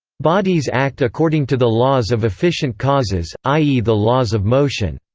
bodies act according to the laws of efficient causes, i e. the laws of motion.